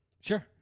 Sure